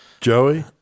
Joey